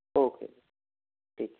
okay ठीक है